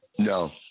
No